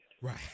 Right